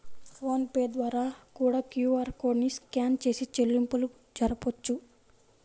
phone pay ద్వారా కూడా QR code ని స్కాన్ చేసి చెల్లింపులు జరపొచ్చు